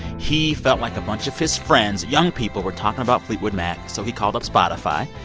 he felt like a bunch of his friends young people were talking about fleetwood mac. so he called up spotify.